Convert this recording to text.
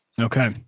Okay